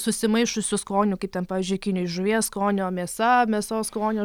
susimaišiusių skonių kaip ten pavyzdžiui kinijoj žuvies skonio mėsa mėsos skonio